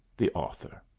the author.